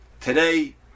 today